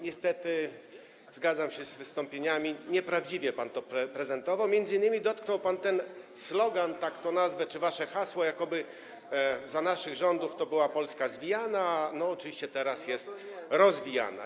Niestety, zgadzam się z poprzednimi wystąpieniami, nieprawdziwie pan to prezentował, m.in. dotknął pan tego sloganu, tak to nazwę, czy waszego hasła, jakoby za naszych rządów to Polska była zwijana, a oczywiście teraz jest rozwijana.